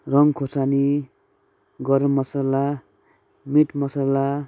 रङ्ग खोर्सानी गरम मसला मिट मसला